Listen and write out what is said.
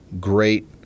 great